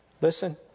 Listen